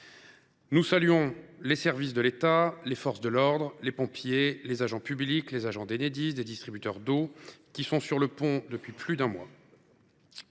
aussi tous les services de l’État – les forces de l’ordre, les pompiers, les agents publics, les agents d’Enedis, les distributeurs d’eau, etc. – qui sont sur le pont depuis plus d’un mois.